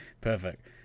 perfect